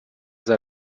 the